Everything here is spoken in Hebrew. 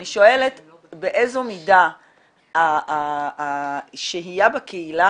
אני שואלת באיזו מידה השהייה בקהילה